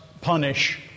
punish